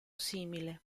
simile